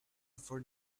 for